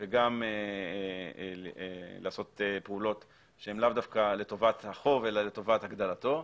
וגם לעשות פעולות שהן לאו דווקא לטובת החוב אלא לטובת הגדלתו,